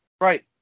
Right